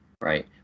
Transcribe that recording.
right